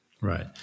Right